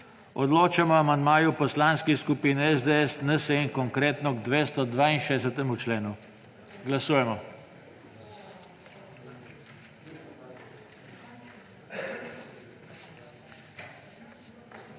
Odločamo o amandmaju poslanskih skupin SDS, NSi in Konkretno k 262. členu. Glasujemo.